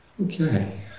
Okay